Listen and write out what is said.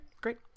great